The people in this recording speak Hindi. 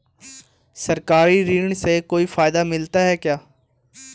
सरकारी ऋण से कोई फायदा मिलता है क्या?